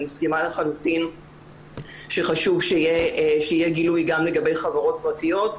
אני מסכימה לחלוטין שחשוב שיהיה גילוי גם לגבי חברות פרטיות.